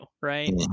right